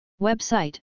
Website